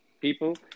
people